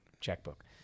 checkbook